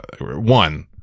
one